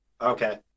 Okay